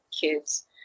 kids